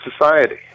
society